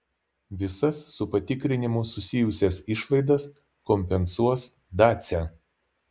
visas su patikrinimu susijusias išlaidas kompensuos dacia